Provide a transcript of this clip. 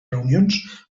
reunions